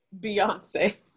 Beyonce